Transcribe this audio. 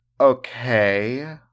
okay